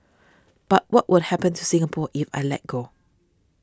but what will happen to Singapore if I let go